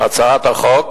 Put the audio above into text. בהצעת החוק